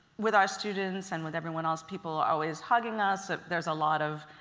with our students and with everyone else, people are always hugging us. ah there's a lot of